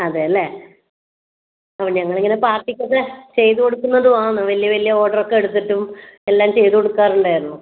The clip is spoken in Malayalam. അതെയല്ലേ ഓ ഞങ്ങൾ ഇങ്ങനെ പാർട്ടിക്ക് ഒക്കെ ചെയ്ത് കൊടുക്കുന്നതും ആണ് വല്യ വല്യ ഓർഡർ ഒക്കെ എടുത്തിട്ടും എല്ലാം ചെയ്ത് കൊടുക്കാറ് ഉണ്ടായിരുന്നു